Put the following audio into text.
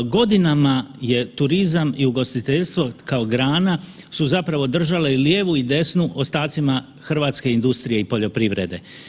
Godinama je turizam i ugostiteljstvo kao grana su zapravo držale i lijevu i desnu ostacima hrvatske industrije i poljoprivrede.